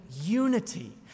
unity